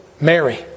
Mary